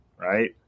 right